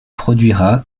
produira